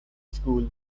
school